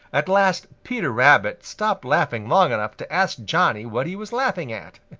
at last peter rabbit stopped laughing long enough to ask johnny what he was laughing at.